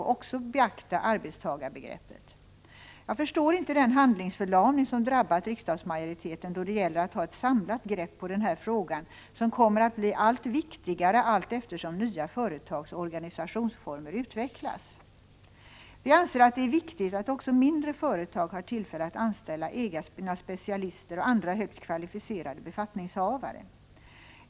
XX —— också beakta arbetstagarbegreppet. Jag förstår inte den handlingsförlamning som drabbat riksdagsmajoriteten då det gäller att ta ett samlat grepp på den här frågan, som kommer att bli allt viktigare allteftersom nya företagsoch organisationsformer utvecklas. Vi anser att det är viktigt att också mindre företag har tillfälle att anställa egna specialister och andra högt kvalificerade befattningshavare.